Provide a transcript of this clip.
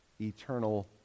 eternal